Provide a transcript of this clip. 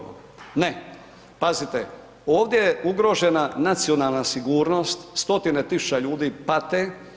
Ne, pazite, ovdje je ugrožena nacionalna sigurnost, stotina tisuća ljudi pate.